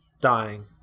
dying